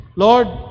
Lord